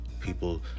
people